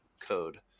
code